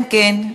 אם כן,